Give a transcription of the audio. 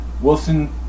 Wilson